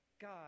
God